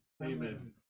Amen